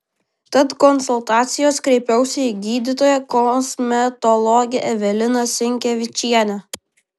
tad konsultacijos kreipiausi į gydytoją kosmetologę eveliną sinkevičienę